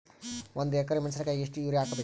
ಒಂದ್ ಎಕರಿ ಮೆಣಸಿಕಾಯಿಗಿ ಎಷ್ಟ ಯೂರಿಯಬೇಕು?